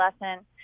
lesson